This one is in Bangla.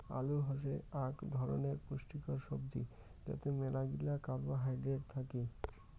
আলু হসে আক ধরণের পুষ্টিকর সবজি যাতে মেলাগিলা কার্বোহাইড্রেট থাকি